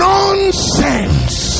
Nonsense